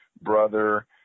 brother